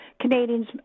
Canadians